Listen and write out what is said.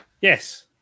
Yes